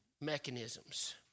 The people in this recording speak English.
mechanisms